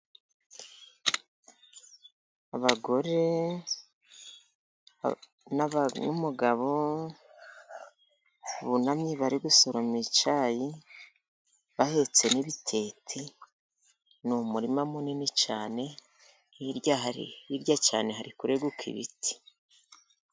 Abagore n'umugabo bunamye bari gusoroma icyayi, bahetse n'ibitete, ni umurima munini cyane, hirya hariri hirya cyane hari kureguka ibiti.